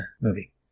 movie